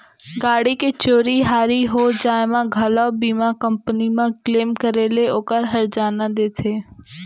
गाड़ी के चोरी हारी हो जाय म घलौ बीमा कंपनी म क्लेम करे ले ओकर हरजाना देथे